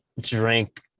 drink